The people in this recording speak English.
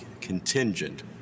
contingent